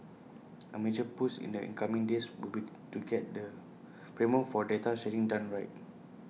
A major push in the incoming days would be to get the framework for data sharing done right